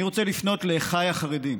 אני רוצה לפנות לאחיי החרדים.